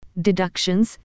deductions